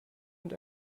und